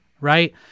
right